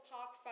Park